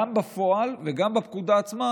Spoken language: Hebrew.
גם בפועל וגם בפקודה עצמה,